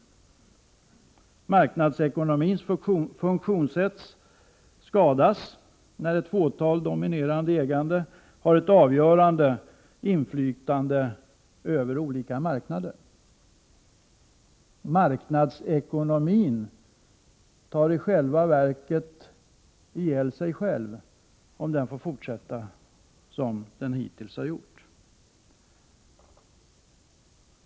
Marknadsekonomins funktionssätt skadas när ett fåtal dominerande ägare har ett avgörande inflytande över olika marknader. Marknadsekonomin tar i själva verket död på sig själv, om den får fortsätta som den hittills har gjort.